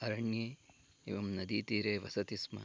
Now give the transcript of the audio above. अरण्ये एवं नदीतीरे वसति स्म